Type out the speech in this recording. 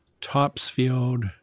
Topsfield